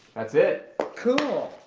that's it cool.